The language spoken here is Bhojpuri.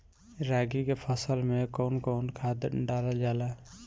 रागी के फसल मे कउन कउन खाद डालल जाला?